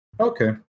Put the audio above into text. Okay